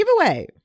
giveaway